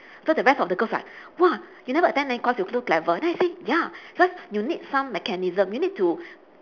so the rest of the girls are !wah! you never attend the course you so clever then I said ya because you need some mechanism you need to